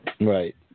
Right